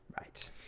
Right